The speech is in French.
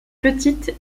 petite